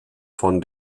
von